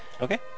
Okay